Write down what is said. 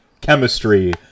chemistry